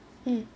mm